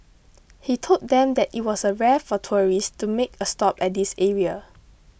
he told them that it was rare for tourists to make a stop at this area